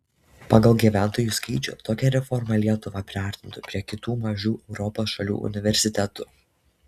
pagal gyventojų skaičių tokia reforma lietuvą priartintų prie kitų mažų europos šalių universitetų